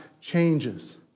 changes